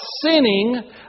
sinning